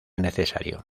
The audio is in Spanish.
necesario